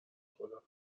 خدا